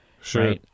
sure